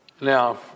Now